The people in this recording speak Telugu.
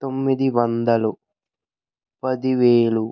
తొమ్మిదివందలు పదివేలు